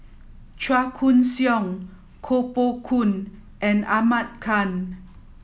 Chua Koon Siong Koh Poh Koon and Ahmad Khan